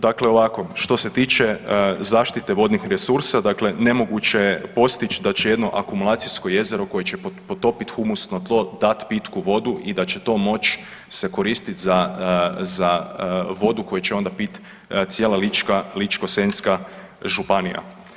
Dakle ovako što se tiče zaštite vodnih resursa, dakle nemoguće je postići da će jedno akumulacijsko jezero koje će potopiti humusno tlo dati pitku vodu i da će to moći se koristit za vodu koju će onda piti cijela lička, Ličko-senjska županija.